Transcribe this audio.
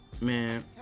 Man